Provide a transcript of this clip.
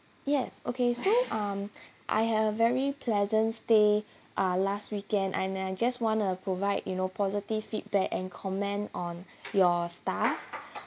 yes okay so um I have a very pleasant stay uh last weekend and I just want uh provide you know positive feedback and comment on your staff